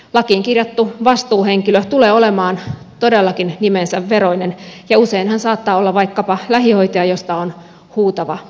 lakiin kirjattu vastuuhenkilö tulee olemaan todellakin nimensä veroinen ja usein hän saattaa olla vaikkapa lähihoitaja ja näistä on huutava pula